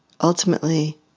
ultimately